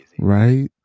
right